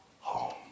home